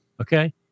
Okay